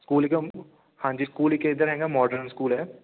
school ਹਾਂਜੀ school ਇੱਕ ਇੱਧਰ ਹੈਗਾ ਮੋਡਰਨ ਸਕੂਲ ਹੈ